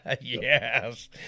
Yes